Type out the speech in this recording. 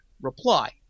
reply